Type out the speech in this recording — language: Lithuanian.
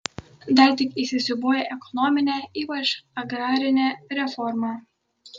dar tik įsisiūbuoja ekonominė ypač agrarinė reforma